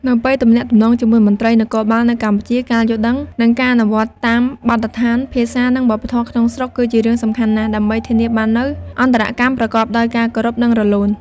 នៅពេលទំនាក់ទំនងជាមួយមន្ត្រីនគរបាលនៅកម្ពុជា ការយល់ដឹង និងការអនុវត្តតាមបទដ្ឋានភាសា និងវប្បធម៌ក្នុងស្រុក គឺជារឿងសំខាន់ណាស់ ដើម្បីធានាបាននូវអន្តរកម្មប្រកបដោយការគោរព និងរលូន។